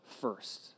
first